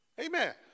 Amen